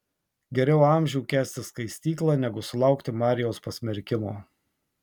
geriau amžių kęsti skaistyklą negu sulaukti marijaus pasmerkimo